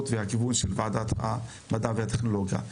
והכיוון של ועדת המדע והטכנולוגיה.